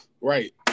Right